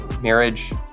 marriage